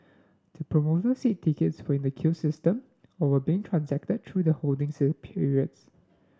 the promoter said tickets were in the queue system or were being transacted through the holding periods